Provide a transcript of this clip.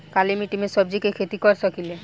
काली मिट्टी में सब्जी के खेती कर सकिले?